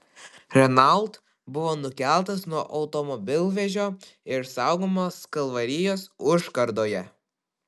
renault buvo nukeltas nuo automobilvežio ir saugomas kalvarijos užkardoje